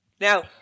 Now